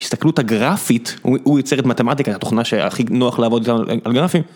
הסתכלות הגרפית, הוא ייצר את מתמטיקה, התוכנה שהכי נוח לעבוד על גרפים.